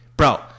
Bro